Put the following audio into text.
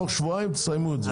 תוך שבועיים סיימו את זה.